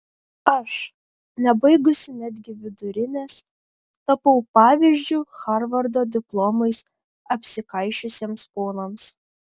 aš nebaigusi netgi vidurinės tapau pavyzdžiu harvardo diplomais apsikaišiusiems ponams